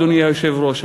אדוני היושב-ראש,